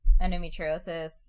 endometriosis